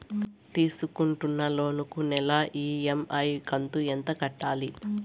తీసుకుంటున్న లోను కు నెల ఇ.ఎం.ఐ కంతు ఎంత కట్టాలి?